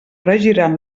regiran